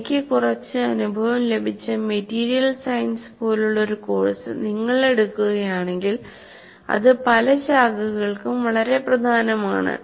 എനിക്ക് കുറച്ച് അനുഭവം ലഭിച്ച മെറ്റീരിയൽ സയൻസ് പോലുള്ള ഒരു കോഴ്സ് നിങ്ങൾ എടുക്കുകയാണെങ്കിൽ അത് പല ശാഖകൾക്കും വളരെ പ്രധാനമാണ്